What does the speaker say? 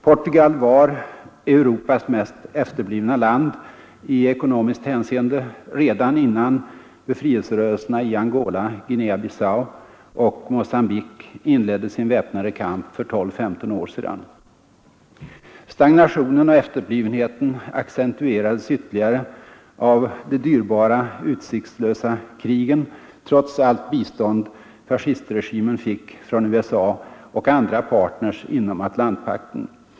Portugal var Europas mest efterblivna land i ekonomiskt hänseende redan innan befrielserörelserna i Angola, Guinea-Bissau och Mogambique inledde sin väpnade kamp för 12—15 år sedan. Stagnationen och efterblivenheten accentuerades ytterligare av de dyrbara, utsiktslösa av ett eventuellt svenskt erkännande av Guinea Bissau som självständig stat krigen — trots allt bistånd fascistregimen fick från USA och andra partner inom Atlantpakten.